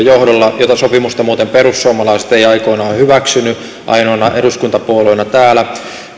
johdolla jota sopimusta muuten perussuomalaiset ei aikoinaan hyväksynyt ainoana eduskuntapuolueena täällä